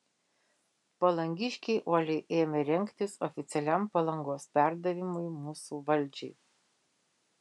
palangiškiai uoliai ėmė rengtis oficialiam palangos perdavimui mūsų valdžiai